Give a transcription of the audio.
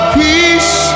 peace